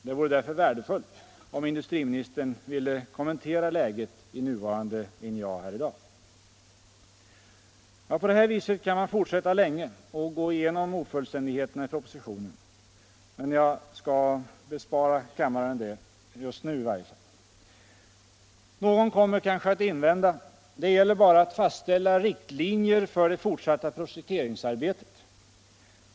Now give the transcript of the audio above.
Det vore värdefullt om industriministern i dag ville kommentera läget i det nuvarande NJA. På det här viset kan man fortsätta länge och gå igenom ofullständigheterna i propositionen. Jag skall bespara kammaren det. Någon kommer kanske att invända: Det gäller bara att fastställa riktlinjer för det fortsatta projekteringsarbetet.